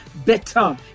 Better